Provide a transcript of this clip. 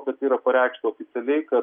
bet yra pareikšta oficialiai kad